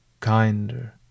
kinder